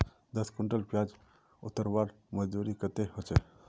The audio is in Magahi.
दस कुंटल प्याज उतरवार मजदूरी कतेक होचए?